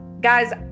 guys